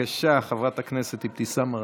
בבקשה, חברת הכנסת אבתיסאם מראענה.